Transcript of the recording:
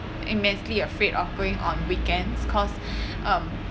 immensely afraid of going on weekends cause um